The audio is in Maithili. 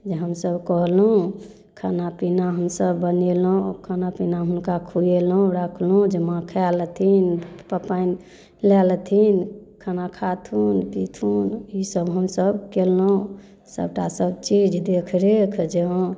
जे हमसब कहलहुँ खाना पीना हमसब बनेलहुँ खाना पीना हुनका खुएलहुँ रखलहुँ जे माँ खाय लेथिन पप्पा लै लेथिन खाना खाथुन पीथुन ई सब हमसब कयलहुँ सबटा सब चीज देखरेख जे हँ